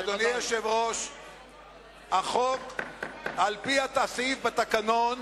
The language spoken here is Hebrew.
אדוני היושב-ראש, על-פי הסעיף בתקנון,